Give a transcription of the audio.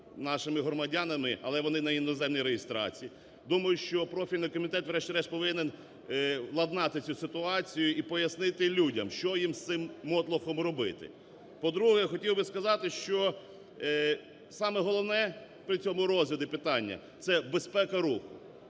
нашими громадянами, але вони на іноземній реєстрації. Думаю, що профільний комітет врешті-решт повинен владнати цю ситуацію і пояснити людям, що їм з цим мотлохом робити? По-друге, я хотів би сказати, що саме головне при цьому розгляді питання це безпека руху.